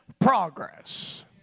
progress